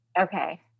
Okay